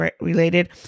related